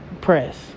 press